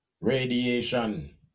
radiation